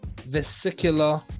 vesicular